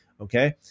Okay